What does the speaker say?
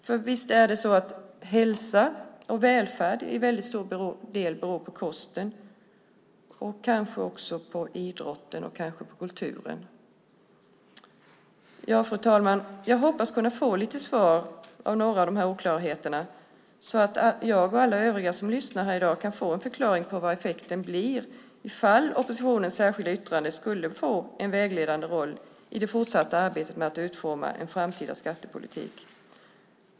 För visst är det så att hälsa och välfärd till väldigt stor del beror på kosten och kanske också på idrotten och kanske på kulturen? Fru talman! Jag hoppas att jag kan få lite svar när det gäller några av dessa oklarheterna, så att jag och alla övriga som lyssnar här i dag kan få en förklaring till vad effekten blir om ifall oppositionens särskilda yttrande skulle få en vägledande roll i det fortsatta arbetet med att utforma en framtida skattepolitik.